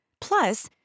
Plus